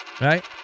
Right